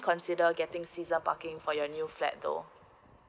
consider getting season parking for your new flat though